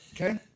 Okay